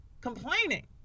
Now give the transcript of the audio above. complaining